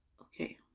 Okay